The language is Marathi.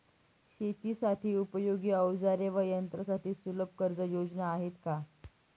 शेतीसाठी उपयोगी औजारे व यंत्रासाठी सुलभ कर्जयोजना आहेत का?